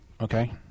okay